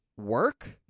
work